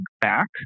back